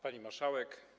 Pani Marszałek!